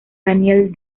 daniel